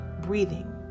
breathing